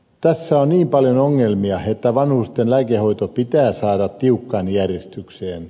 tässä on niin paljon ongelmia että vanhusten lääkehoito pitää saada tiukkaan järjestykseen